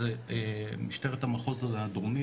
אז משטרת המחוז הדרומי,